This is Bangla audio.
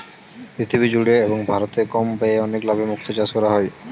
পৃথিবী জুড়ে এবং ভারতে কম ব্যয়ে অনেক লাভে মুক্তো চাষ করা হয়